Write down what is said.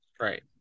Right